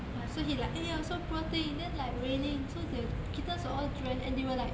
ya so he like !aiya! so poor thing then like raining so the kittens were all drenched and they were like